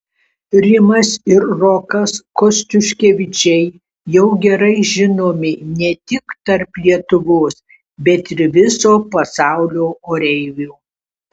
rimas ir rokas kostiuškevičiai jau gerai žinomi ne tik tarp lietuvos bet ir viso pasaulio oreivių